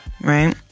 Right